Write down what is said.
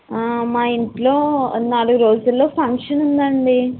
మా ఇంట్లో నాలుగు రోజుల్లో ఫంక్షన్ ఉందండి